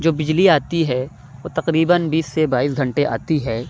جو بجلی آتی ہے وہ تقریباً بیس سے بائیس گھنٹے آتی ہے